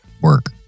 work